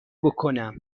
بکنم